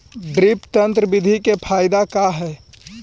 Drip तन्त्र बिधि के फायदा का है?